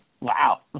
Wow